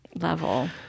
level